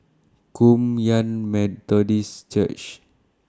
Kum Yan Methodist Church